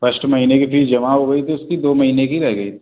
first महीने की fees जमा हो गई थी उसकी दो महीने की रह गई